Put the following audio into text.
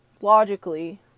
logically